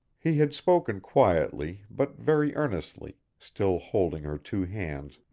he had spoken quietly, but very earnestly, still holding her two hands,